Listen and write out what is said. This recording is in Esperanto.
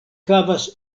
havas